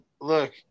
Look